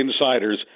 insiders